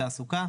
תעסוקה,